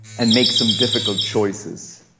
and make some difficult choices.